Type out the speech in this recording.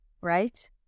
right